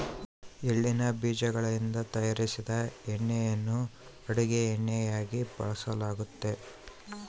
ಎಳ್ಳಿನ ಬೀಜಗಳಿಂದ ತಯಾರಿಸಿದ ಎಣ್ಣೆಯನ್ನು ಅಡುಗೆ ಎಣ್ಣೆಯಾಗಿ ಬಳಸಲಾಗ್ತತೆ